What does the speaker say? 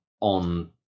on